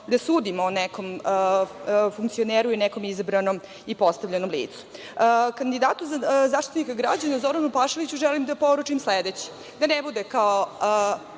da sudimo o nekom funkcioneru i nekom izabranom i postavljenom licu. Kandidatu za Zaštitnika građana Zoranu Pašaliću želim da poručim sledeće: da ne bude kao